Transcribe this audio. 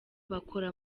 bakora